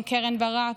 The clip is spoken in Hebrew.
גם קרן ברק,